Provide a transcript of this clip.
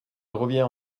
revient